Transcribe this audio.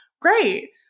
Great